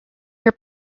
your